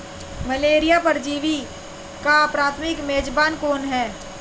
Malaria परजीवी का प्राथमिक मेजबान कौन है?